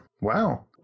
Wow